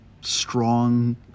strong